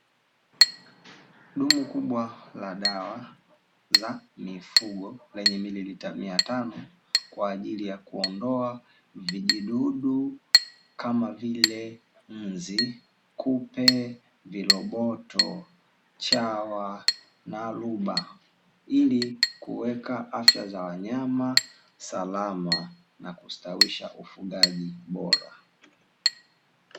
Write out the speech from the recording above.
Dumu kubwa la dawa za mifugo la mililita mia tano kwa ajili ya kuondoa vijidudu kama vile nzi, kupe, viroboto, chawa na ruba ili kuweka afya za wanyama salama na kusawisha ufugaji bora.